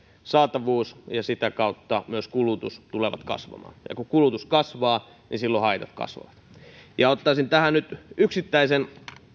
saatavuus ja sitä kautta myös kulutus tulevat kasvamaan ja kun kulutus kasvaa niin silloin haitat kasvavat ottaisin tähän nyt yksittäisen